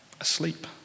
asleep